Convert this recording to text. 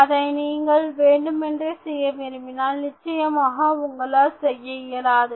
அதை நீங்கள் வேண்டுமென்றே செய்ய விரும்பினால் நிச்சயமாக உங்களால் செய்ய இயலாது